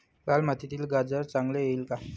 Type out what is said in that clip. लाल मातीत गाजर चांगले येईल का?